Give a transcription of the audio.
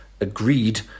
agreed